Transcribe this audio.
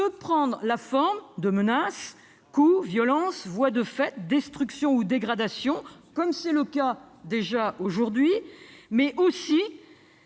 prendre la forme de menaces, coups, violences, voies de fait, destructions ou dégradations, comme c'est déjà le cas aujourd'hui, mais aussi